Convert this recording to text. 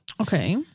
okay